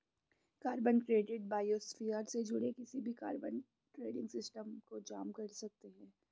carbon credit biosphere से जुड़े किसी भी कार्बन ट्रेडिंग सिस्टम को जाम कर सकते हैं